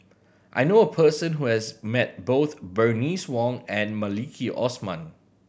I knew a person who has met both Bernice Wong and Maliki Osman